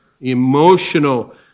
emotional